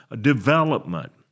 development